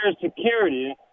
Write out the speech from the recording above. security